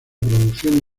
producción